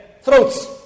Throats